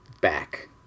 back